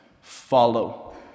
Follow